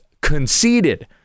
conceded